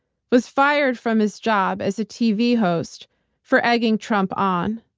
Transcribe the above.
was fired from his job as a tv host for egging trump on.